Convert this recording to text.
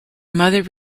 mother